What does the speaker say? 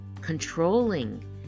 controlling